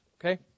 Okay